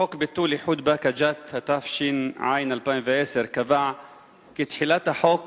החוק לביטול איחוד באקה ג'ת קבע כי תחילת החוק